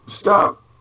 stop